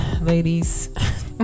ladies